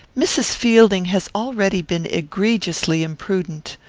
mrs. fielding has already been egregiously imprudent.